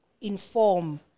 inform